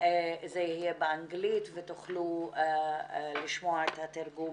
זה יהיה באנגלית ותוכלו לשמוע את התרגום,